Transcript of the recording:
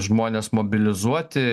žmones mobilizuoti